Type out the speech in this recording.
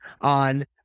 on